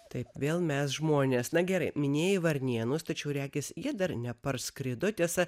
taip vėl mes žmonės na gerai minėjai varnėnus tačiau regis jie dar neparskrido tiesa